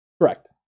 Correct